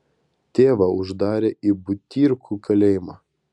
tėvą uždarė į butyrkų kalėjimą